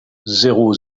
zéro